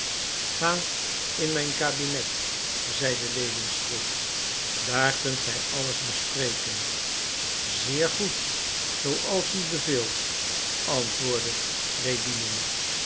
ga in mijn kabinet zeide lewin stroef daar kunt gij alles bespreken zeer goed zooals u beveelt antwoordde